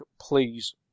please